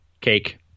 Cake